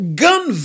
gun